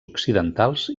occidentals